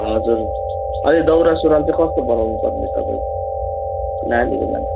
हजुर अनि दौरा सुरुवाल चाहिँ कस्तो बनाउनु पर्ने तपाईँको नानीको लागि